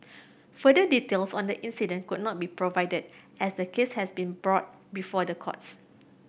further details on the incident could not be provided as the case has been brought before the courts